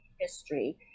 history